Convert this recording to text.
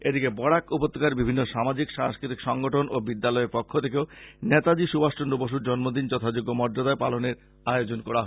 এদিকে বরাক উপত্যকার বিভিন্ন সামাজিক সাংস্কৃতিক সংগঠণেও বিদ্যালয়ের পক্ষ থেকেও নেতাজী সুভাষ চন্দ্র বসুর জন্মদিন যথাযোগ্য মর্য্যাদায় পালণের আয়োজন করা হয়েছে